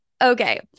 Okay